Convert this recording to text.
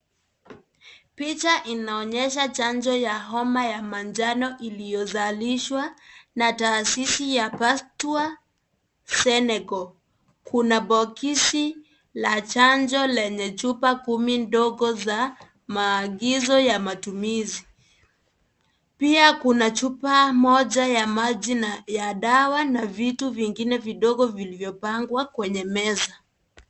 Picha inaonyesha chanjo ya homa ya manjano iliyozalishwa na taasisi ya Past work Senegal . Kuna bokisi la chanjo yenye chupa kumi ndogo za maagizo ya matumizi. Pia kuna chupa moja ndogo ya maji na ya dawa na vitu vingine vidogo vilivyopangwa kwenye meza.